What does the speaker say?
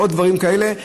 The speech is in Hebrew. עוד דברים כאלה?